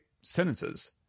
sentences